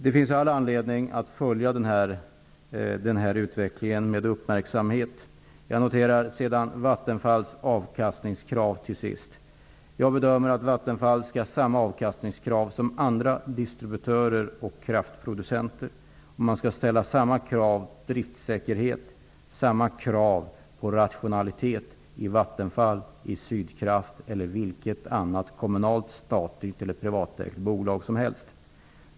Det finns all anledning att följa utvecklingen med uppmärksamhet. När det gäller Vattenfalls avkastningskrav vill jag till sist säga att jag bedömer att Vattenfall skall ha samma avkastningskrav som andra distributörer och kraftproducenter. Man skall ställa samma krav på driftsäkerhet och på rationalitet i Vattenfall, i Sydkraft eller i vilket annat kommunalt, statligt eller privatägt bolag som helst.